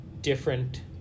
different